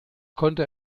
konnte